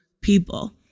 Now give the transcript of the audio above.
people